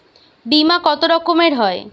বিমা কত রকমের হয়?